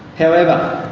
however,